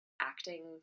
acting